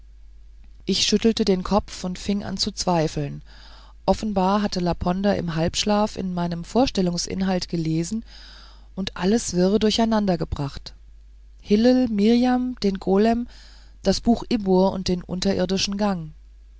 ich schüttelte den kopf und fing an zu zweifeln offenbar hatte laponder im halbschlaf in meinem vorstellungsinhalt gelesen und alles wirr durcheinander gebracht hillel mirjam den golem das buch ibbur und den unterirdischen gang